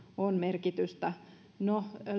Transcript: olisi merkitystä no